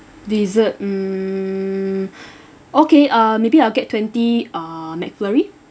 dessert mm okay uh maybe I'll get twenty uh mcflurry